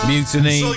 Mutiny